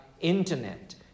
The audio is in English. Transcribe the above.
internet